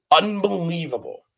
unbelievable